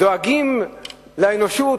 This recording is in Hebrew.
דואגים לאנושות,